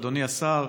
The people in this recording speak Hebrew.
אדוני השר,